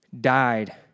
died